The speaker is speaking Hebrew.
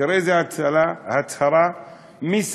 תראה איזה הצהרה מסנדלת,